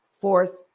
force